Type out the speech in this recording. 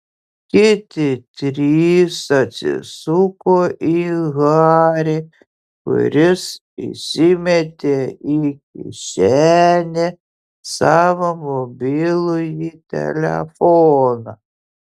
kiti trys atsisuko į harį kuris įsimetė į kišenę savo mobilųjį telefoną